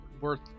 worth